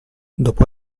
dopo